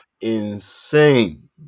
Insane